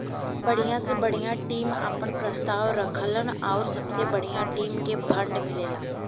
बढ़िया से बढ़िया टीम आपन प्रस्ताव रखलन आउर सबसे बढ़िया टीम के फ़ंड मिलला